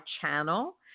channel